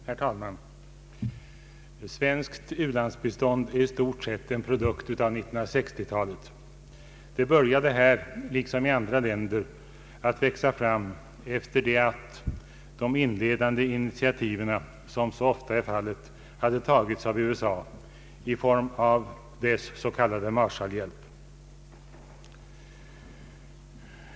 Herr talman! Svenskt u-landsbistånd är i stort sett en produkt av 1960-talet. Det började här liksom i andra länder att växa fram efter det att de inledande initiativen, som så ofta är fallet, hade tagits av USA i form av dess s.k. Marshallhjälp.